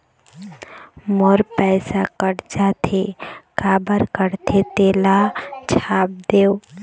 मोर पैसा कट जाथे काबर कटथे तेला छाप देव?